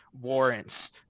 warrants